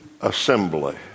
assembly